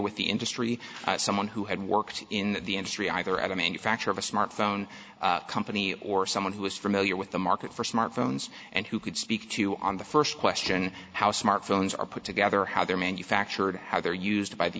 with the history someone who had worked in the industry either at a manufacturer of a smart phone company or someone who is familiar with the market for smartphones and who could speak to on the first question how smartphones are put together how they're manufactured how they're used by the